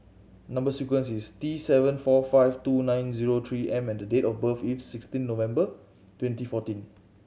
number sequence is T seven four five two nine zero Three M and date of birth is sixteen November twenty fourteen